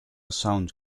sound